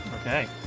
Okay